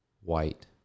white